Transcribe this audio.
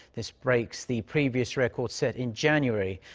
this breaks the previous record set in january.